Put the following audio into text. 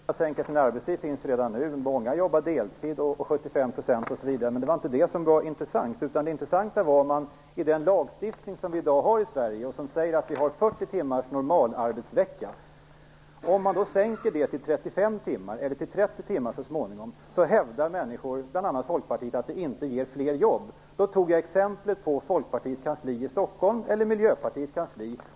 Fru talman! Möjlighet att sänka sin arbetstid finns ju redan nu. Många jobbar deltid på exempelvis 75 %, men det var inte det som var intressant. Det intressanta var att bl.a. Folkpartiet hävdar att det inte ger fler jobb om man sänker normalarbetsveckan från 40 till 35 och så småningom kanske 30 timmar i den lagstiftning som vi har i Sverige. Jag tog då Folkpartiets riksdagskansli som exempel. Jag kan lika gärna exemplifiera med Miljöpartiets riksdagskansli.